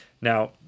now